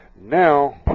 Now